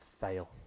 fail